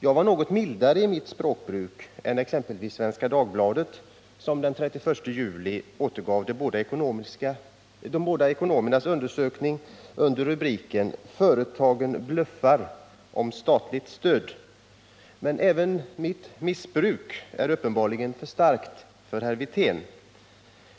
Jag var därvid något mildare i mitt språkbruk än exempelvis Svenska Dagbladet, som den 31 juli återgav de båda ekonomernas undersökning under rubriken ”Företagen bluffar om statligt stöd”. Men även mitt ”missbruk” är uppenbarligen för starkt för herr Wirtén.